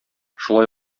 шулай